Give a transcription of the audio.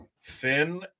Finn